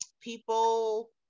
people